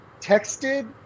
texted